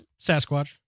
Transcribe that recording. Sasquatch